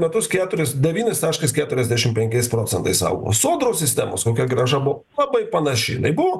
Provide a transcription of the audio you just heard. metus keturis devynis taškas keturiasdešimt penkiais procentais augo sodros sistemos kokia grąža buvo labai panaši jinai buvo